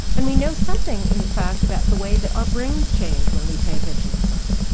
and we know something in fact about the way that our brains change when we pay attention to something.